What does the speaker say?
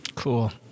Cool